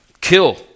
kill